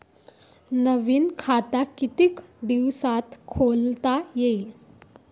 नवीन खात कितीक दिसात खोलता येते?